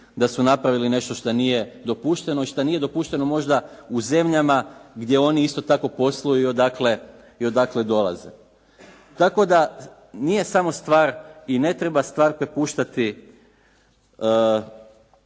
da su napravili nešto što nije dopušteno i što nije dopušteno u zemljama gdje oni isto tako posluju i odakle dolaze. Tako da nije samo stvar i ne treba stvar prepuštati